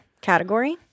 category